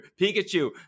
Pikachu